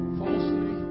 falsely